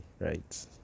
right